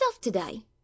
today